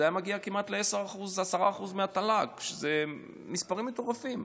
זה הגיע כמעט ל-10% מהתל"ג, שזה מספרים מטורפים.